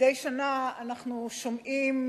מדי שנה אנחנו שומעים,